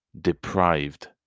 Deprived